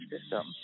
system